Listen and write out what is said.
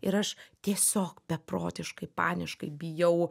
ir aš tiesiog beprotiškai paniškai bijau